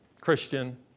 Christian